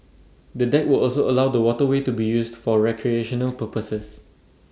the deck will also allow the waterway to be used for recreational purposes